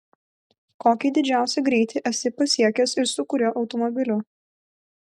kokį didžiausią greitį esi pasiekęs ir su kuriuo automobiliu